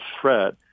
threat